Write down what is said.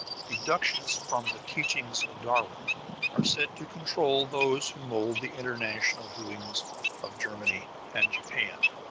deductions from the teachings of darwin are said to control those who mould the international doings of germany and japan.